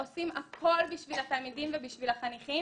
עושים הכול בשביל התלמידים ובשביל החניכים